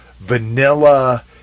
vanilla